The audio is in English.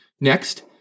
Next